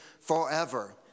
forever